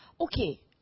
Okay